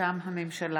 מטעם הממשלה: